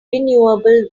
renewable